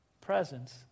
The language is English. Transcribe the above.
presence